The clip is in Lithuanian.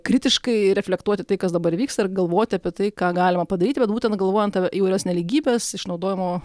kritiškai reflektuoti tai kas dabar vyksta ir galvoti apie tai ką galima padaryti bet būtent galvojant įvairias nelygybes išnaudojimo